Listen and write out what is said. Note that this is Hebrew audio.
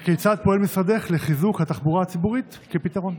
3. כיצד פועל משרדך לחיזוק מערך התחבורה הציבורית כפתרון?